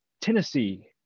Tennessee